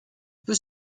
peut